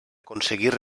aconseguit